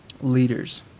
leaders